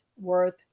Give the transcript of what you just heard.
worth